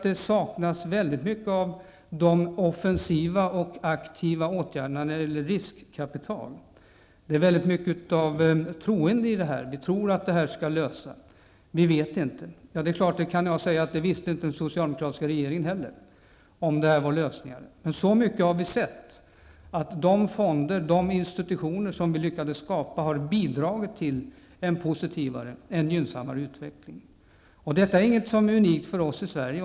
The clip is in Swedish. Det saknas mycket av de offensiva och de aktiva åtgärderna när det gäller riskkapital. Det är väldigt mycket av troende i det hela. Man tror att det skall gå att lösa, men man vet inte. Inte heller den socialdemokratiska regeringen visste om detta var lösningen. Vi har dock sett så pass mycket att de fonder och institutioner som vi lyckades skapa har bidragit till en gynnsammare utveckling. Detta är inte unikt för oss i Sverige.